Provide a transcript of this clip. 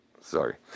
Sorry